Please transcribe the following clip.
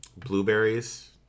Blueberries